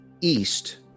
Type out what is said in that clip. east